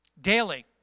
Daily